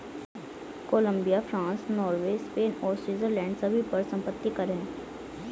Colombia, France, Norway, Spain और Switzerland सभी पर संपत्ति कर हैं